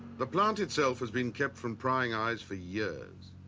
the plant itself has been kept from prying eyes for years.